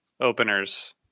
openers